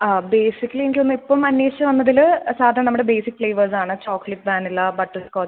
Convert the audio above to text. ആ ബേസിക്കലി എനിക്ക് തോന്നുന്നു ഇപ്പം അന്വേഷിച്ച് വന്നതിൽ സാധാ നമ്മുടെ ബേസിക് ഫ്ലേവേഴ്സ് ആണ് ചോക്ലേറ്റ് വാനില ബട്ടർസ്കോച്ച്